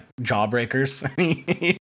jawbreakers